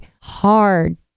hard